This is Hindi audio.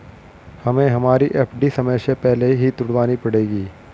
हमें हमारी एफ.डी समय से पहले ही तुड़वानी पड़ेगी